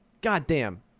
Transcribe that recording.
Goddamn